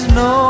no